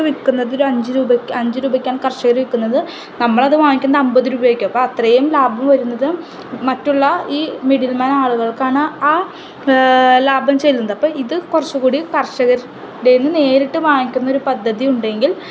ക്ക് വിൽക്കുന്നതൊരു അഞ്ച് രൂപയ്ക്ക് അഞ്ച് രൂപയ്ക്കാണ് കർഷകർ വിൽക്കുന്നത് നമ്മളത് വാങ്ങിക്കുന്നത് അമ്പത് രൂപയ്ക്ക് അപ്പോൾ അത്രയും ലാഭം വരുന്നത് മറ്റുള്ള മിഡിൽ മാൻ ആളുകൾക്കാണ് ആ ലാഭം ചെല്ലുന്നത് അപ്പം ഇത് കുറച്ച് കൂടി കർഷകരുടേന്ന് നേരിട്ട് വാങ്ങിക്കുന്നൊരു പദ്ധതി ഉണ്ടെങ്കിൽ